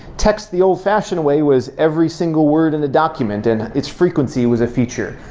text the old-fashioned way was every single word in the document and its frequency was a feature.